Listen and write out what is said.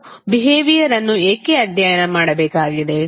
ನಾವು ಬಿಹೇವಿಯರ್ ಅನ್ನು ಏಕೆ ಅಧ್ಯಯನ ಮಾಡಬೇಕಾಗಿದೆ